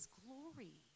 glory